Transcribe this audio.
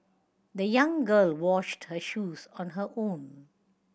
the young girl washed her shoes on her own